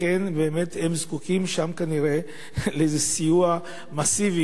הם זקוקים שם כנראה לאיזה סיוע מסיבי,